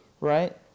right